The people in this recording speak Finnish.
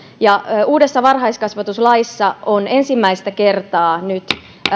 uudessa varhaiskasvatuslaissa on ensimmäistä kertaa nyt